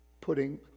putting